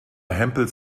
hempels